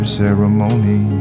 ceremony